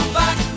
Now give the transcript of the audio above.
back